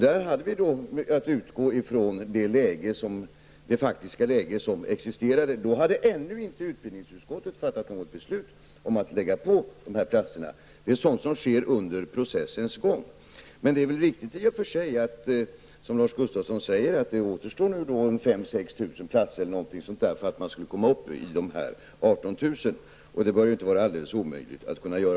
Där hade vi att utgå ifrån det faktiska läget som existerade. Då hade utbildningsutskottet ännu inte fattat något beslut om att lägga på de här platserna. Det är sådant som sker under processens gång. Det är i och för sig riktigt, som Lars Gustafsson säger, att det återstår 5 000--6 000 platser för att man skall komma upp i dessa 18 000 platser. Det bör inte vara alldeles omöjligt att göra det.